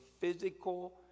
physical